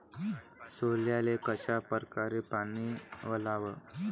सोल्याले कशा परकारे पानी वलाव?